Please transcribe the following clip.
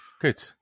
Good